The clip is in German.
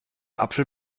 apfel